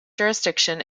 jurisdiction